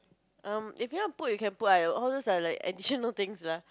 um if you want put you can put ah all those are like additional things lah